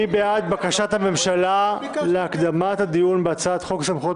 מי בעד בקשת הממשלה להקדמת הדיון בהצעת חוק סמכויות